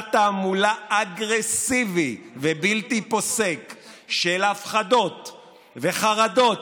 מסע תעמולה אגרסיבי ובלתי פוסק של הפחדות וחרדות,